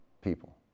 people